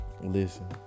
Listen